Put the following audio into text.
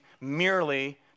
merely